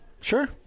sure